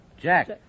Jack